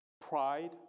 pride